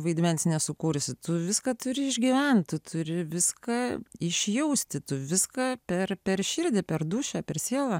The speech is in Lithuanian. vaidmens nesukursi tu viską turi išgyventi turi viską išjausti viską per per širdį per dūšią per sielą